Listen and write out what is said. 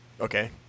okay